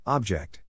Object